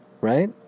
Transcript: Right